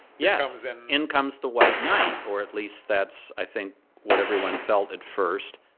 yeah in comes the white knight, or at least that's i think what everyone felt at first.